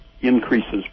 increases